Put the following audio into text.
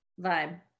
vibe